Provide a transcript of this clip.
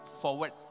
forward